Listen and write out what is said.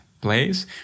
place